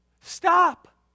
Stop